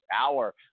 hour